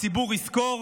הציבור יזכור,